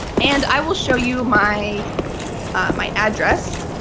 and i will show you my my address.